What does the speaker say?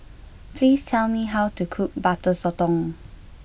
please tell me how to cook Butter Sotong